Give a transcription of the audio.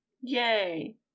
Yay